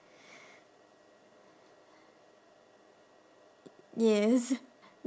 yes